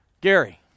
Gary